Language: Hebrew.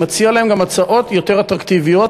שמציע להם גם הצעות יותר אטרקטיביות,